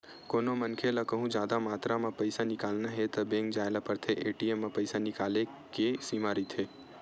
कोनो मनखे ल कहूँ जादा मातरा म पइसा निकालना हे त बेंक जाए ल परथे, ए.टी.एम म पइसा निकाले के सीमा रहिथे